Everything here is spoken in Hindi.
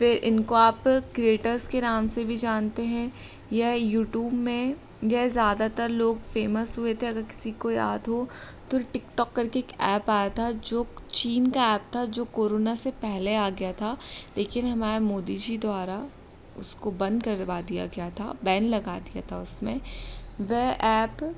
फिर इनको आप क्रिएटर्स के नाम से भी जानते हैं यह यूटूब में यह ज़्यादातर लोग फ़ेमस हुए थे अगर किसी को याद हो तो टिकटॉक करके एक ऐप आया था जो चीन का ऐप था जो कोरोना से पहले आ गया था लेकिन हमारे मोदी जी द्वारा उसको बंद करवा दिया गया था बैन लगा दिया था उसमें वह ऐप